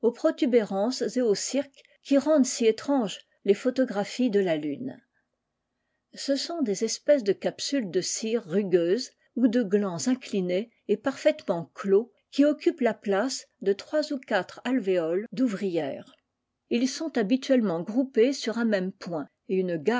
et aux cirques qui rendent si étranges les photographies de la lune ce sont des espèces de capsules de cire rugu ou de glands inclinés et parfaitement clos occupent la place de irois ou quatre alv